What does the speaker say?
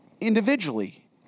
individually